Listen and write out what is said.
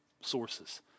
sources